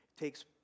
takes